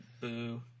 Boo